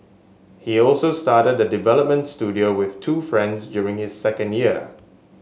he also started a development studio with two friends during his second year